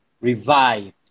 revived